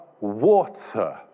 water